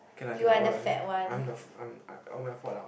okay lah okay lah all I'm the f~ I'm the all my fault lah